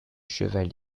cheval